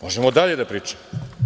Možemo dalje da pričamo.